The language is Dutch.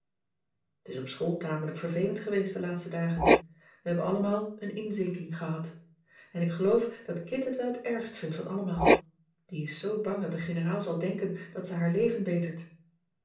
t is op school tamelijk vervelend geweest de laatste dagen we hebben allemaal een inzinking gehad en ik geloof dat kit het wel het ergst vindt van allemaal die is zoo bang dat de generaal zal denken dat ze haar leven betert